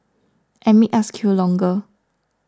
and make us queue longer